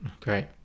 Great